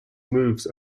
moves